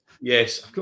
yes